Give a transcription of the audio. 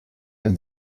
and